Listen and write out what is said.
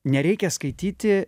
nereikia skaityti